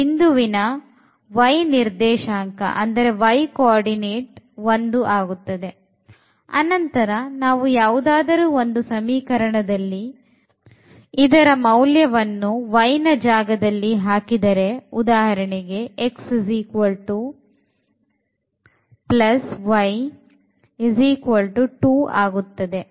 ಆದ್ದರಿಂದ ಬಿಂದುವಿನ y ನಿರ್ದೇಶಾಂಕವು 1 ಆಗುತ್ತದೆ ಅನಂತರ ನಾವು ಯಾವುದಾದರೂ ಒಂದು ಸಮೀಕರಣದಲ್ಲಿಇದರ ಮೌಲ್ಯವನ್ನು y ನ ಜಾಗದಲ್ಲಿ ಹಾಕಿದರೆ ಉದಾಹರಣೆಗೆ x 1 y 2 ಆಗುತ್ತದೆ